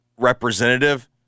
Representative